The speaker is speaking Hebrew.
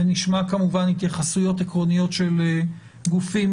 ונשמע כמובן התייחסויות עקרוניות של גופים